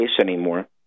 anymore